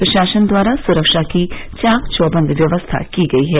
प्रशासन द्वारा सुरक्षा की चाक चौबन्द व्यवस्था की गयी है